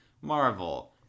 Marvel